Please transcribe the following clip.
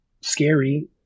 scary